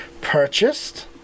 purchased